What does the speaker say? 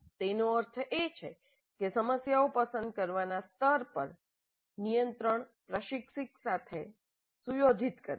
તેનો અર્થ એ કે સમસ્યાઓ પસંદ કરવાના સ્તર પર નિયંત્રણ પ્રશિક્ષક સાથે સુયોજિત કરે છે